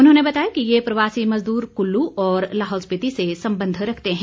उन्होंने बताया कि ये प्रवासी मजदूर कुल्लू और लाहौल स्पीति से संबंध रखते हैं